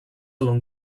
along